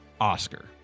Oscar